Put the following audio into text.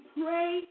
pray